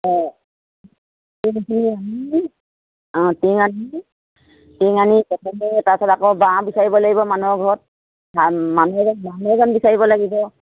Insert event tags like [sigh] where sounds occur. অঁ অঁ টিং আনি টিং আনি তাৰপিছত আকৌ বাঁহ বিচাৰিব লাগিব মানুহৰ ঘৰত মানুহ [unintelligible] বিচাৰিব লাগিব